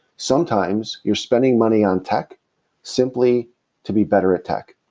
sometimes you're spending money on tech simply to be better at tech,